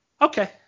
okay